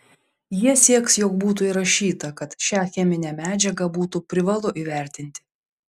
jie sieks jog būtų įrašyta kad šią cheminę medžiagą būtų privalu įvertinti